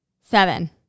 seven